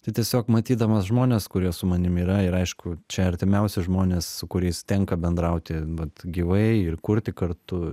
tai tiesiog matydamas žmones kurie su manim yra ir aišku čia artimiausi žmonės su kuriais tenka bendrauti vat gyvai ir kurti kartu